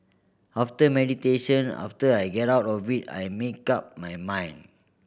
after meditation after I get out of it I make up my mind